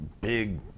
big